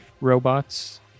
robots